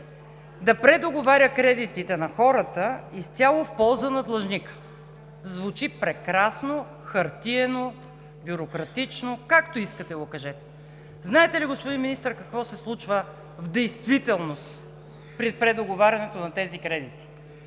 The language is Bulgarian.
да предоговаря кредитите на хората изцяло в полза на длъжника. Звучи прекрасно, хартиено, бюрократично, както искате го кажете. Знаете ли, господин Министър, какво се случва в действителност при предоговарянето на тези кредити?